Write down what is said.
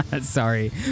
Sorry